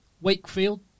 Wakefield